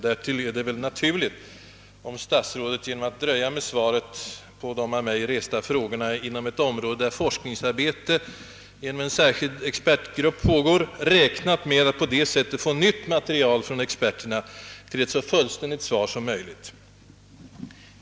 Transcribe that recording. Därtill är det väl naturligt om statsrådet genom att dröja med svaret på de av mig resta frågorna inom ett område, där forskningsarbete genom en särskild expertgrupp pågår, räknat med att få nytt material från experterna till ett så fullständigt svar som möjligt.